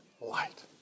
light